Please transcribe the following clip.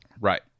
Right